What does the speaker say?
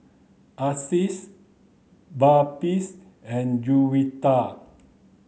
Aziz Balqis and Juwita